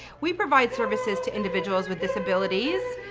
we provide services to individuals with disabilities,